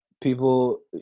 people